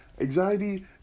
anxiety